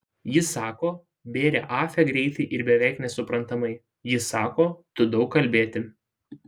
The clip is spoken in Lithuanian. ji sako bėrė afe greitai ir beveik nesuprantamai ji sako tu daug kalbėti